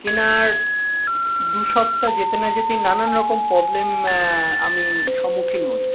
কেনার দু সপ্তাহ যেতে না যেতেই নানান রকম প্রবলেম আমি সম্মুখীন হই